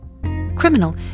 Criminal